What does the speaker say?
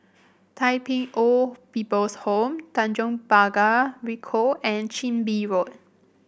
Tai Pei Old People's Home Tanjong Pagar Ricoh and Chin Bee Road